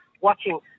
watching